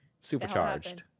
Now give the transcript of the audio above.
supercharged